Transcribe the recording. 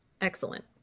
Excellent